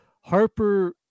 Harper